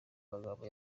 magambo